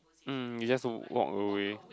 mm you just walk away